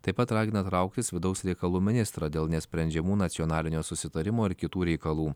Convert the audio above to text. taip pat ragina trauktis vidaus reikalų ministrą dėl nesprendžiamų nacionalinio susitarimo ir kitų reikalų